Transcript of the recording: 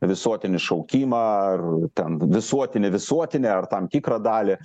visuotinį šaukimą ar ten visuotinį visuotinį ar tam tikrą dalį